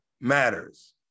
matters